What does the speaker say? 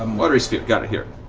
um watery sphere. got it here.